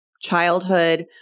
childhood